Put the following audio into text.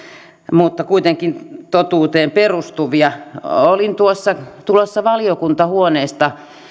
mutta kuitenkin totuuteen perustuvaa olin tulossa valiokuntahuoneesta